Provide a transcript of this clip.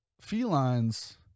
felines